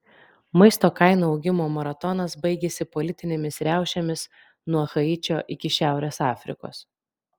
maisto kainų augimo maratonas baigėsi politinėmis riaušėmis nuo haičio iki šiaurės afrikos